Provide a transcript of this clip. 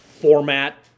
format